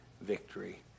victory